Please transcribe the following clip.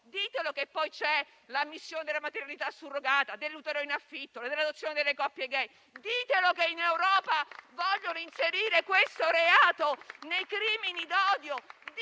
scritto, che poi c'è la missione della maternità surrogata, dell'utero in affitto, dell'adozione delle coppie *gay*. Ditelo che in Europa vogliono inserire questo reato nei crimini d'odio.